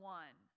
one